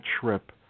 trip